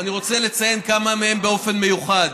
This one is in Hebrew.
ואני רוצה לציין כמה מהם באופן מיוחד.